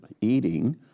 eating